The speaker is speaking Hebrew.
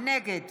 נגד